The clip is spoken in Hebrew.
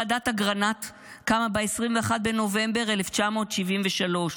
ועדת אגרנט קמה ב-21 בנובמבר 1973,